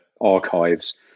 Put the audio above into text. archives